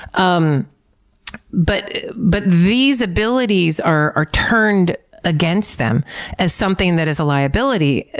um but but these abilities are are turned against them as something that is a liability.